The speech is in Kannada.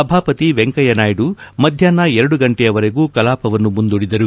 ಸಭಾಪತಿ ವೆಂಕಯ್ದನಾಯ್ದು ಮಧ್ವಾಹ್ನ ಎರಡು ಗಂಟೆಯವರೆಗೂ ಕಲಾಪವನ್ನು ಮುಂದೂಡಿದರು